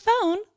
phone